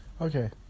Okay